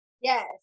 Yes